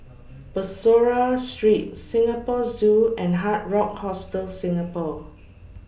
Bussorah Street Singapore Zoo and Hard Rock Hostel Singapore